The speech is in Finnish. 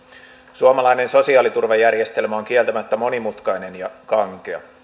suomalainen sosiaaliturvajärjestelmä on kieltämättä monimutkainen ja kankea